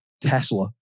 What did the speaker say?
Tesla